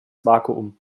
vakuum